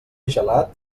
gelat